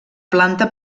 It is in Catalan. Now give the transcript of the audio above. planta